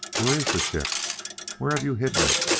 where is the ship where have you hidden it?